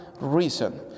reason